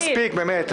מספיק, באמת.